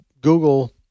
Google